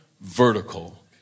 vertical